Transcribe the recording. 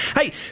Hey